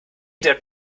that